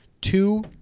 two